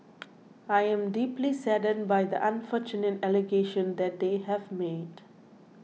I am deeply saddened by the unfortunate allegation that they have made